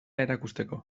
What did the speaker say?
erakusteko